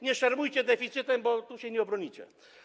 Nie szermujcie deficytem, bo tu się nie obronicie.